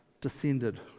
descended